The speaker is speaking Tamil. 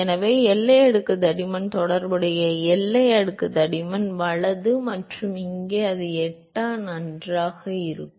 எனவே எல்லை அடுக்கு தடிமன் தொடர்புடைய எல்லை அடுக்கு தடிமன் வலது மற்றும் இங்கே அது எட்டா நன்றாக இருக்கும்